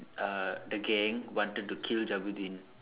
uh the gang wanted to kill Jabudeen